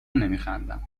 نمیخندم